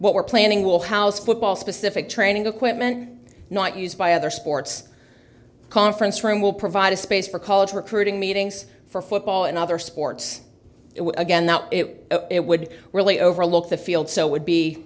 what we're planning will house football specific training equipment not used by other sports conference room will provide a space for college recruiting meetings for football and other sports again that it would really overlook the field so